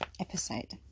episode